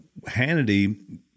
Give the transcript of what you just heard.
Hannity